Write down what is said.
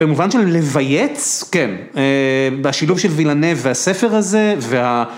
במובן של לבייץ, כן, בשילוב של וילנה והספר הזה, וה...